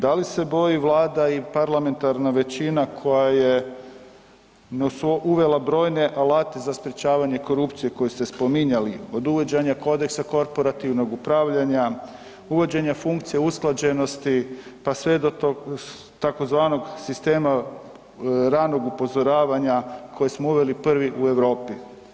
Da li se boji Vlada i parlamentarna većina koja je uvela brojne alate za sprječavanje korupcije koje ste spominjali od uvođenja kodeksa korporativnog upravljanja, uvođenja funkcije usklađenosti pa sve do tog tzv. sistema ranog upozoravanja koje smo uveli prvi u Europi.